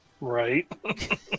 right